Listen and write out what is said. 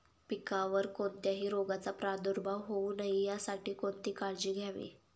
पिकावर कोणत्याही रोगाचा प्रादुर्भाव होऊ नये यासाठी कोणती काळजी घ्यावी?